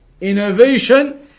innovation